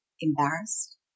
embarrassed